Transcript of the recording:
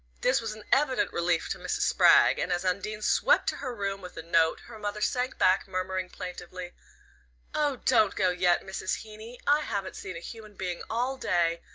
this was an evident relief to mrs. spragg, and as undine swept to her room with the note her mother sank back, murmuring plaintively oh, don't go yet, mrs. heeny. i haven't seen a human being all day,